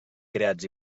creats